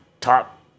top